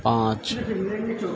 پانچ